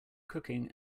cooking